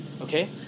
okay